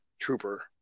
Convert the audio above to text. trooper